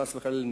חס וחלילה,